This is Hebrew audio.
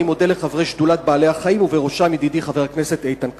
אני מודה לחברי שדולת בעלי-החיים שבראשם ידידי חבר הכנסת איתן כבל.